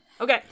Okay